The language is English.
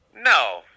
No